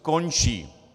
Končí!